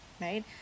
right